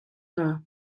hna